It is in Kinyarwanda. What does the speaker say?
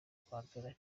kwandura